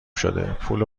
شده، پول